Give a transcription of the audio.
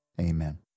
Amen